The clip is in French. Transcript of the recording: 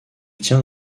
tient